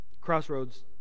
Crossroads